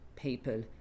people